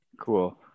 Cool